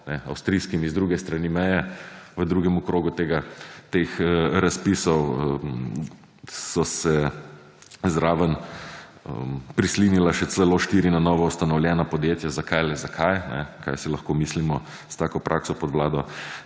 avstrijskim in z druge strani meje v drugem krogu teh razpisov so se zraven prislinila še celo štiri na novoustanovljena podjetja zakaj, le zakaj, kaj si lahko mislimo s tako prakso pod vlado